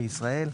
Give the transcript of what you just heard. בישראל.